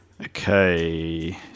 okay